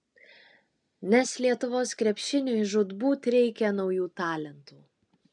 nes lietuvos krepšiniui žūtbūt reikia naujų talentų